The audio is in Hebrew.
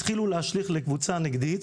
התחילו להשליך לקבוצה הנגדית.